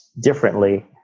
differently